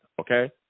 okay